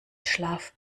schlaf